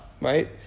Right